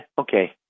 okay